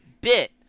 bit